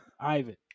ivan